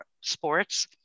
sports